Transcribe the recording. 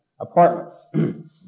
apartments